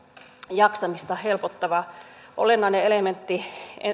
jaksamista helpottava olennainen elementti